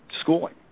schooling